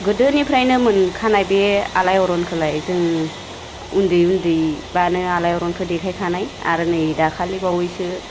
गोदोनिफ्रायनो मोनखानाय बे आलायारनखोलाय जों उन्दै उन्दैब्लानो आलायारनखो देखाइखानाय आरो नै दाखालि बावैसोबो